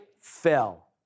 fell